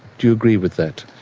do you agree with that?